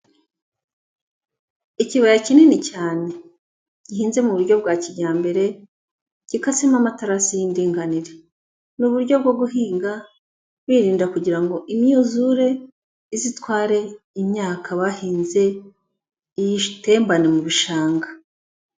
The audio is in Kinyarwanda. Ikibaya kinini cyane, gihinze mu buryo bwa kijyambere, gikasemo amatarasi y'indinganire, ni uburyo bwo guhinga birinda kugira ngo imyuzure izitware imyaka bahinze iyitembane mu bishanga.